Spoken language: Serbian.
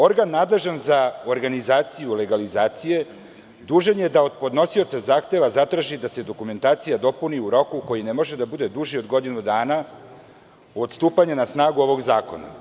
Organ nadležan za organizaciju legalizacije dužan je da od podnosioca zahteva zatraži da se dokumentacija dopuni u roku koji ne može da bude duži od godinu dana od stupanja na snagu ovog zakona.